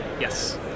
yes